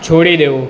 છોડી દેવું